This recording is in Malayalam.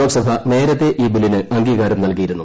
ലോക്സഭ നേരത്തെ ഈ ബില്ലിന് അംഗീകാരം നല്കിയിരുന്നു